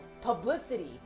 publicity